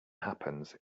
happens